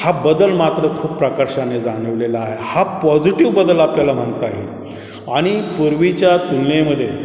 हा बदल मात्र खूप प्रकर्षाने जाणवलेला आहे हा पॉझिटिव बदल आपल्याला म्हणता आहे आणि पूर्वीच्या तुलनेमध्ये